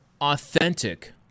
authentic